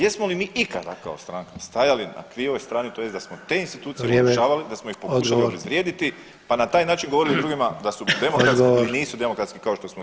Jesmo li mi ikada kao stranka stajali na krivoj strani tj. da smo te institucije pokušavali, da smo ih pokušali obezvrijediti, pa na taj način govorili drugima da su demokratski ili nisu demokratski kao što smo tu.